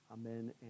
Amen